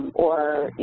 or, you